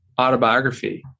autobiography